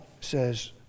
says